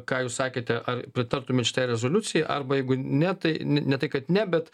ką jūs sakėte ar pritartumėt šitai rezoliucijai arba jeigu ne tai ne ne tai kad ne bet